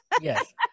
yes